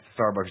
Starbucks